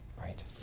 Right